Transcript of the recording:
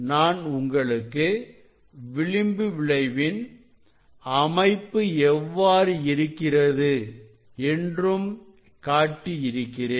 நான் உங்களுக்கு விளிம்பு விளைவின் அமைப்பு எவ்வாறு இருக்கிறது என்றும் காட்டியிருக்கிறேன்